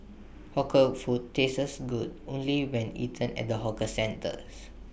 hawker food tastes good only when eaten at the hawker centres